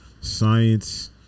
science